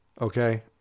Okay